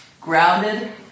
grounded